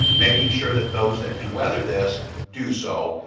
making sure that those that can weather this do so,